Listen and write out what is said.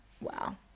wow